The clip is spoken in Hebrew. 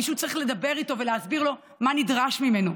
מישהו צריך לדבר איתו ולהסביר לו מה נדרש ממנו.